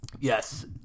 Yes